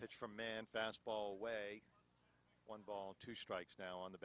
pitch for man fastball way one ball two strikes now on the